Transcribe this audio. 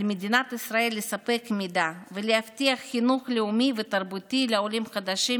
על מדינת ישראל לספק מידע ולהבטיח חינוך לאומי ותרבותי לעולים חדשים,